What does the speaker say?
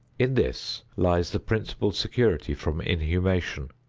in this lies the principal security from inhumation.